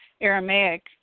Aramaic